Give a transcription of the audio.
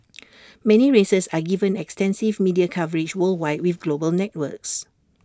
many races are given extensive media coverage worldwide with global networks